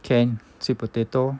can sweet potato